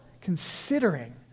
considering